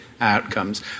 outcomes